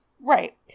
right